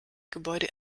gebäude